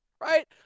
right